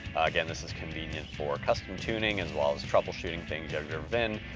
again, this is convenient for custom tuning as well as troubleshooting things, you have your vin.